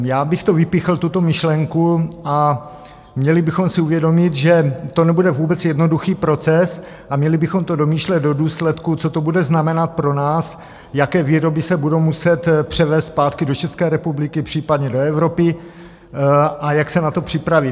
Já bych to vypíchl, tuto myšlenku, a měli bychom si uvědomit, že to nebude vůbec jednoduchý proces, a měli bychom to domýšlet do důsledků, co to bude znamenat pro nás, jaké výroby se budou muset zpátky do České republiky, případně do Evropy, a jak se na to připravit.